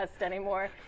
anymore